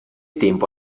tempo